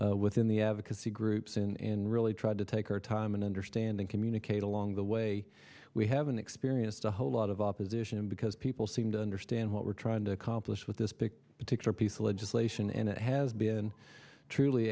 within the avoca c groups in really tried to take our time and understand and communicate along the way we haven't experienced a whole lot of opposition because people seem to understand what we're trying to accomplish with this pick particular piece of legislation and it has been truly